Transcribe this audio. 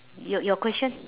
your your question